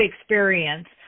experience